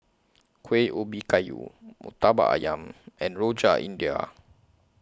Kueh Ubi Kayu Murtabak Ayam and Rojak India